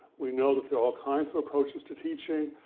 we know that there are all kinds of approaches to teaching,